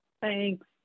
Thanks